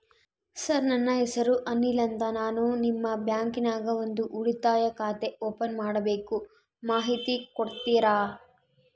Sir ನನ್ನ ಹೆಸರು ಅನಿಲ್ ಅಂತ ನಾನು ನಿಮ್ಮ ಬ್ಯಾಂಕಿನ್ಯಾಗ ಒಂದು ಉಳಿತಾಯ ಖಾತೆ ಓಪನ್ ಮಾಡಬೇಕು ಮಾಹಿತಿ ಕೊಡ್ತೇರಾ?